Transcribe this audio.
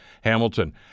Hamilton